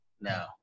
No